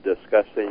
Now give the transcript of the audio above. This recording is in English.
discussing